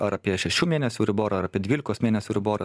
ar apie šešių mėnesių euriborą ar apie dvylikos mėnesių euriborą